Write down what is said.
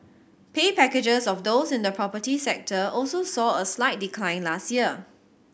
pay packages of those in the property sector also saw a slight decline last year